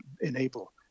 enable